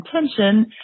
intention